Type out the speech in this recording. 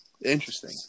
Interesting